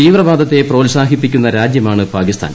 തീവ്രവാദത്തെ പ്രോത്സാഹിപ്പിക്കുന്ന രാജ്യമാണ് പാകിസ്ഥാൻ